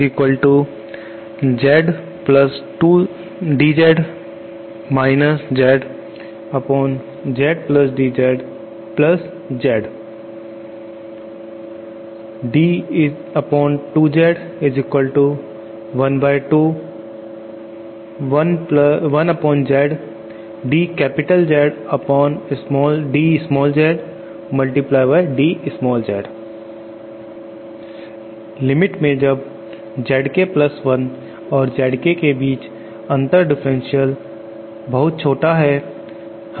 d ZdZ - ZZdZ Z d2Z 121ZdZdzdz limit में जब ZK Plus 1 और ZK के बीच अंतर डिफरेंशियल या बहुत छोटा है